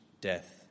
death